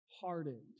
hardened